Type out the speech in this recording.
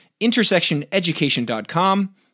intersectioneducation.com